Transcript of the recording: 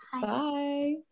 Bye